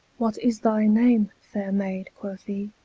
what is thy name, faire maid? quoth he.